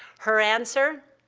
her answer?